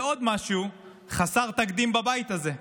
זה עוד משהו חסר תקדים בבית הזה.